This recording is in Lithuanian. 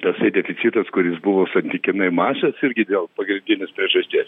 tasai deficitas kuris buvo santykinai mažas irgi dėl pagrindinės priežasties